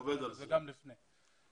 אני